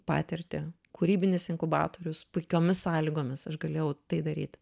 patirtį kūrybinis inkubatorius puikiomis sąlygomis aš galėjau tai daryt